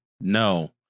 no